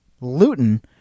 Luton